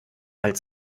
halt